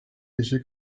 kişi